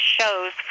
shows